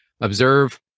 Observe